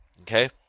Okay